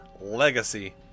Legacy